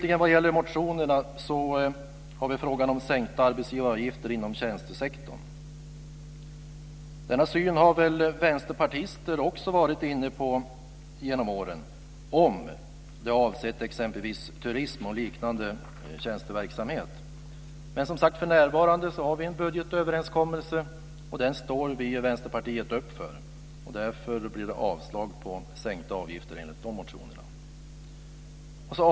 I två motioner tas frågan om sänkta arbetsgivaravgifter inom tjänstesektorn upp. Denna syn har väl vänsterpartister också varit inne på genom åren om det har avsett exempelvis turism och liknande tjänsteverksamhet. Men för närvarande har vi en budgetöverensskommelse, och den står vi i Vänsterpartiet bakom, och därför avstyrker vi förslaget enligt dessa motioner om sänkta avgifter.